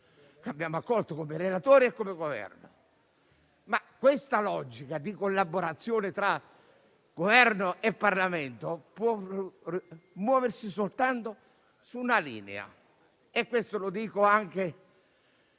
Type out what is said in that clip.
abbiamo accolto come relatori e come Governo. Questa logica di collaborazione tra Governo e Parlamento può muoversi soltanto su una linea, e lo dico anche